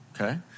Okay